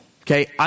Okay